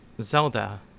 Zelda